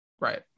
right